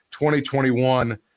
2021